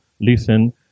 listen